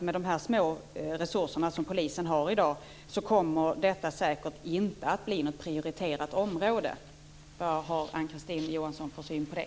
Med de små resurser som polisen har i dag kommer detta säkert inte att bli någon prioriterad uppgift. Vad har Ann-Kristine Johansson för syn på det?